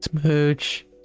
smooch